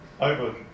over